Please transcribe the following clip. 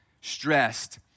stressed